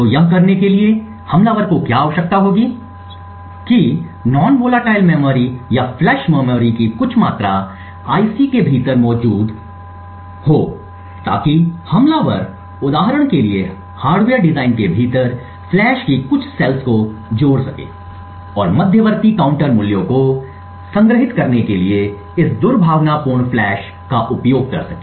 तो यह करने के लिए कि हमलावर को क्या आवश्यकता होगी यह कि नॉन वोलेटाइल मेमोरी या फ्लैश मेमोरी की कुछ मात्रा आईसी के भीतर मौजूद हो ताकि हमलावर उदाहरण के लिए हार्डवेयर डिजाइन के भीतर फ्लैश की कुछ सेल्स को जोड़ सके और मध्यवर्ती काउंटर मूल्यों को संग्रहीत करने के लिए इस दुर्भावनापूर्ण फ्लैश का उपयोग कर सके